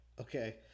Okay